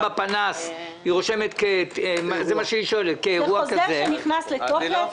בפנס כאירוע --- זה חוזר שנכנס לתוקף?